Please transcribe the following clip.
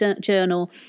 journal